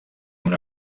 una